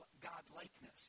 God-likeness